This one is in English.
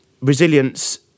resilience